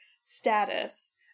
status